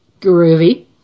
groovy